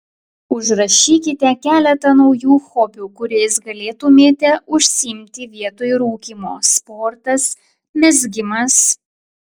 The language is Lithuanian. užrašykite keletą naujų hobių kuriais galėtumėte užsiimti vietoj rūkymo sportas mezgimas